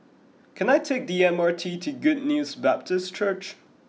can I take the M R T to Good News Baptist Church